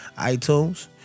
iTunes